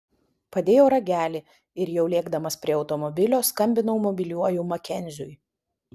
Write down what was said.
padėjau ragelį ir jau lėkdamas prie automobilio skambinau mobiliuoju makenziui